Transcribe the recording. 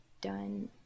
done